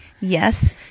Yes